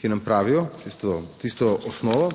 ki nam pravijo tisto osnovo,